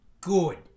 good